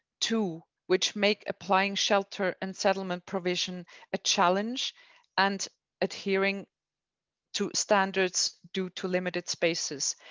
too, which make applying shelter and settlement provision a challenge and adhering to standards due to limited spaces.